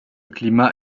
climat